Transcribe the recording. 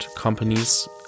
Companies